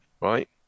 right